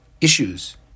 issues